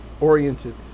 oriented